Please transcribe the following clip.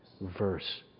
verse